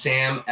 Sam